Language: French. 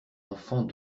enfant